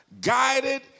guided